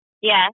Yes